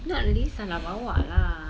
not really salah bawa lah